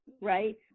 right